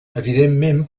evidentment